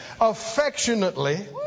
affectionately